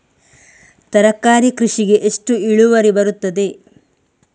ತರಕಾರಿ ಕೃಷಿಗೆ ಎಷ್ಟು ಇಳುವರಿ ಬರುತ್ತದೆ?